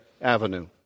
Avenue